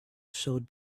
showed